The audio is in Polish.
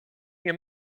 nie